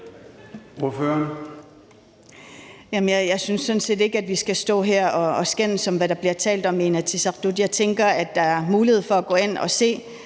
Jeg synes sådan set ikke, at vi skal stå her og skændes om, hvad der bliver talt om i Inatsisartut. Jeg tænker, at der er mulighed for at gå ind og se,